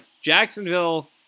jacksonville